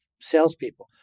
salespeople